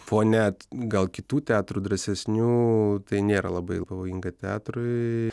fone t gal kitų teatrų drąsesnių tai nėra labai pavojinga teatrui